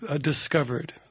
discovered